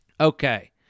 okay